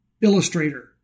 illustrator